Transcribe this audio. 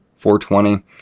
420